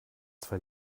zwei